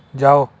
ਜਾਓ